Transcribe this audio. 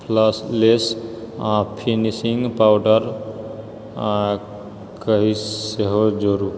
flawless finishing powder कऽ सेहो जोडू